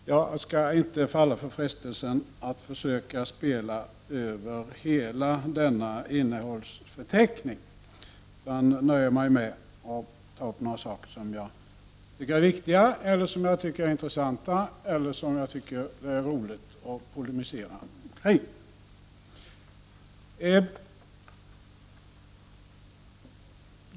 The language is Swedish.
Jag skall inte falla för frestelsen att försöka spela över hela denna innehållsförteckning utan nöjer mig med att ta upp några saker som jag tycker är viktiga, som jag tycker är intressanta eller som jag tycker det är roligt att polemisera omkring.